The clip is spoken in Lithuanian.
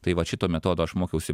tai va šito metodo aš mokiausi